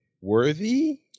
worthy